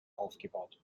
aufgebaut